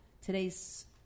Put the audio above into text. Today's